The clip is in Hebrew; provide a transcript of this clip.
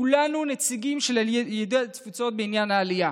כולנו נציגים של יהודי התפוצות בעניין העלייה.